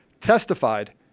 testified